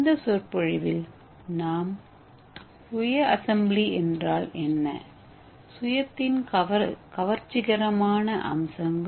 இந்த சொற்பொழிவில் நாம் சுய அசெம்பிளி என்றால் என்ன சுயத்தின் கவர்ச்சிகரமான அம்சங்கள்